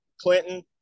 Clinton